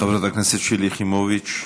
חברת הכנסת שלי יחימוביץ,